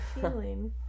feeling